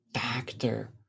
factor